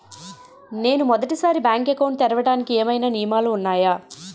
నేను మొదటి సారి బ్యాంక్ అకౌంట్ తెరవడానికి ఏమైనా నియమాలు వున్నాయా?